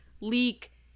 leak